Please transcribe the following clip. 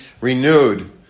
renewed